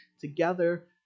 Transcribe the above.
together